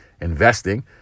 investing